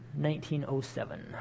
1907